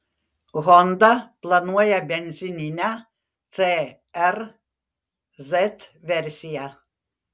honda planuoja benzininę cr z versiją